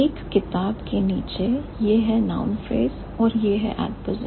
एक किताब के नीचे यह है noun phrase और यह है adposition